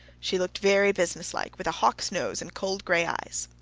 she looked very businesslike, with a hawk's nose and cold gray eyes.